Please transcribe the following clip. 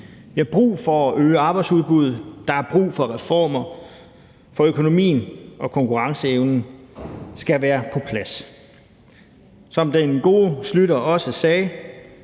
Vi har brug for at øge arbejdsudbuddet. Der er brug for reformer, for økonomien og konkurrenceevnen skal være på plads. Som den gode Schlüter også sagde: